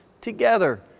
together